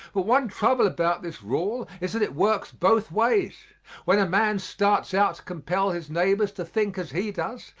but one trouble about this rule is that it works both ways when a man starts out to compel his neighbors to think as he does,